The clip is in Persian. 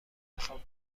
انتخاب